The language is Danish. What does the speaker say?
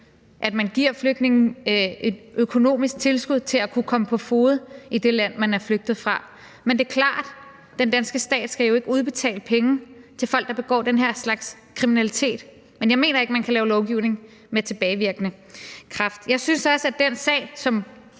at man giver flygtninge et økonomisk tilskud til at kunne komme på fode i det land, de er flygtet fra, men det er klart, at den danske stat jo ikke skal udbetale penge til folk, der begår den her slags kriminalitet. Men jeg mener ikke, at man kan lave lovgivning med tilbagevirkende kraft. Jeg synes også, at den sag, som